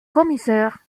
commissaire